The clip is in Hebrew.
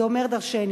זה אומר דורשני.